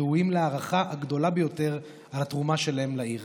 ראויים להערכה הגדולה ביותר על התרומה שלהם לעיר.